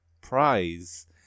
prize